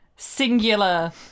singular